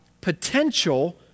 potential